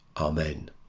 Amen